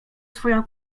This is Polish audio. swoją